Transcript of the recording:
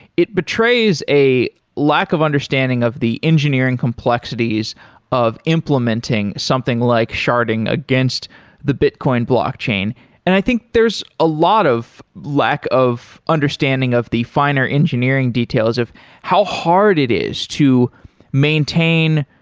it betrays a lack of understanding of the engineering complexities of implementing something like sharding against the bitcoin blockchain. and i think there's a lot of lack of understanding of the finer engineering details of how hard it is to maintain.